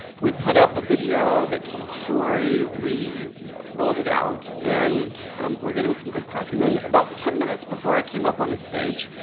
we put up a video that told the story, we rolled it out, and we're getting some good press. and then, about ten minutes before i came up on the stage,